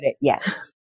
Yes